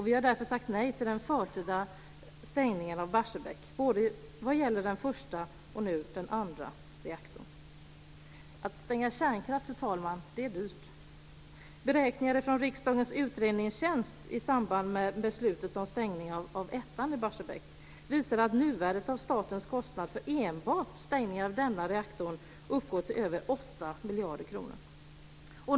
Vi har därför sagt nej till den förtida stängningen av Att stänga kärnkraft, fru talman, är dyrt. Beräkningar från Riksdagens utredningstjänst i samband med beslutet om stängningen av Barsebäck 1 visar att nuvärdet av statens kostnad enbart för stängningen av denna reaktor uppgår till över 8 miljarder kronor.